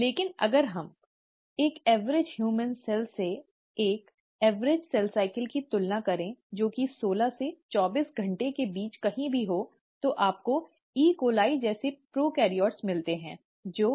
लेकिन अगर हम एक औसत मानव सेल से एक औसत सेल साइकिल की तुलना करें जो कि सोलह से चौबीस घंटे के बीच कहीं भी है तो आपको Ecoli जैसे प्रोकैरियोट्स मिलते हैं जो